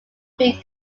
being